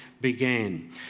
began